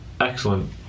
excellent